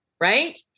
right